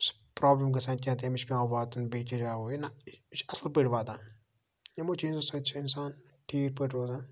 سُہ پرٛابلِم گَژھان کیٚنٛہہ تہٕ أمِس چھِ پٮ۪وان واتُن بیٚکِس جایہِ ہُہ یہِ نَہ یہِ چھُ اَصٕل پٲٹھۍ واتان یِمو چیٖزو سۭتۍ چھِ اِنسان ٹھیٖک پٲٹھۍ روزان